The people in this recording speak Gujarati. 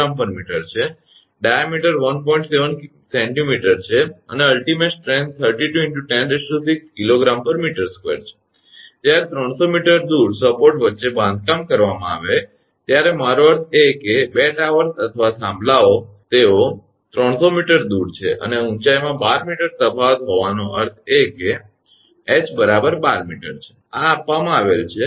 7 𝑐𝑚 છે અને અંતિમ તાકાત 32 × 106 𝐾𝑔 𝑚2 છે જ્યારે 300 𝑚 દૂર સપોર્ટ વચ્ચે બાંધકામ કરવામાં ત્યારે મારો અર્થ એ છે કે 2 ટાવર્સ અથવા થાંભલાઓ તેઓ 300 𝑚 દૂર છે અને ઊંચાઇમાં 12 𝑚 તફાવત હોવાનો અર્થ કે ℎ 12 𝑚 છે આ આપવામાં આવેલ છે